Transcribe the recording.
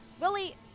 Willie